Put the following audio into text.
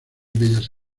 bellas